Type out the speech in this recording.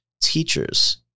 teachers